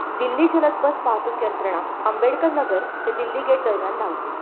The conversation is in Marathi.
दिल्ली जलद बस वाहतूक यंत्रणा आंबेडकर नगर ते दिल्ली गेट दरम्यान धावते